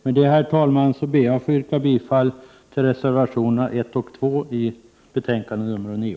Med detta, herr talman, ber jag att få yrka bifall till reservationerna 1 och 2 i trafikutskottets betänkande nr 9.